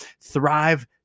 thrive